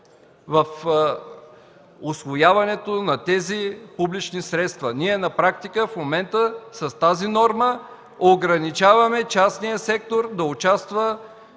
в усвояването на тези публични средства. Ние на практика в момента с тази норма ограничаваме частния сектор да участва